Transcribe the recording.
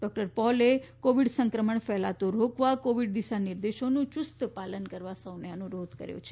doctor પોલે Covid સંક્રમણ ફેલાતો રોકવા કોવિડ દિશા નિર્દેશોનું યુસ્ત પાલન કરવા અનુરોધ કર્યો છે